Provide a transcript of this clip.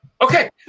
okay